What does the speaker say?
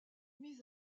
mise